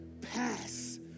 pass